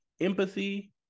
empathy